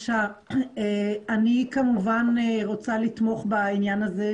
לא כולם מוסדרים בהיתרי רעלים,